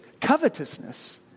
covetousness